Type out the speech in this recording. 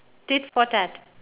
tit for tat